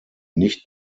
nicht